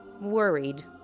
worried